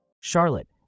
Charlotte